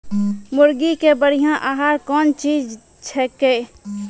मुर्गी के बढ़िया आहार कौन चीज छै के?